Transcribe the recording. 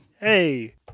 Hey